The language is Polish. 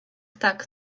tak